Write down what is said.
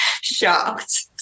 shocked